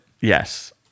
Yes